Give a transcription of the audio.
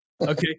Okay